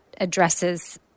addresses